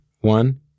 one